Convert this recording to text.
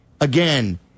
again